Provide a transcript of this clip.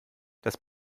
das